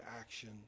action